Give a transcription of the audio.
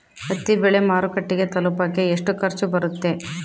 ಹತ್ತಿ ಬೆಳೆ ಮಾರುಕಟ್ಟೆಗೆ ತಲುಪಕೆ ಎಷ್ಟು ಖರ್ಚು ಬರುತ್ತೆ?